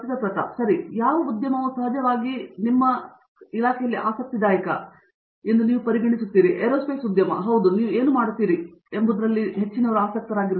ಪ್ರತಾಪ್ ಹರಿಡೋಸ್ ಸರಿ ಮತ್ತು ಯಾವ ಉದ್ಯಮವು ಸಹಜವಾಗಿ ಆಸಕ್ತಿದಾಯಕ ಎಂಬುದನ್ನು ನೀವು ನೋಡಿದರೆ ಏರೋಸ್ಪೇಸ್ ಉದ್ಯಮ ಹೌದು ಹೌದು ನೀವು ಏನು ಮಾಡುತ್ತಿದ್ದೀರಿ ಎಂಬುದರಲ್ಲಿ ಹೆಚ್ಚಿನದರಲ್ಲಿ ನೇರವಾಗಿ ಆಸಕ್ತರಾಗಿರಿ